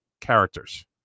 characters